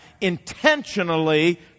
intentionally